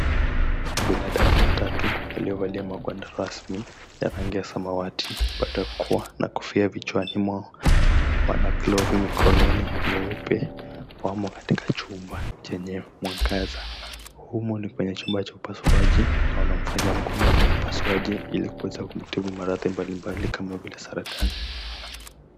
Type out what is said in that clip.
Binadamu watatu waliovalia magwanda rasmi ya rangi ya samawati , barakoa na kofia vichwani mwao wana glovu mikononi nyeupe wamo katika chumba chenye mwangaza. Humo ni kwenye chumba cha upasuaji na wanamfanyia mgonjwa upasuaji ili kuweza kumtibu maradhi mbalimbali kama vile saratani.